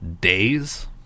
days